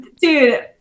dude